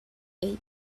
eight